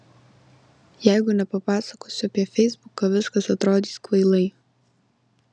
jeigu nepapasakosiu apie feisbuką viskas atrodys kvailai